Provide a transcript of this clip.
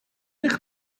eich